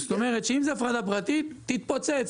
שאם זאת הפעלה כללית תתפוצץ,